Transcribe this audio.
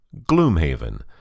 Gloomhaven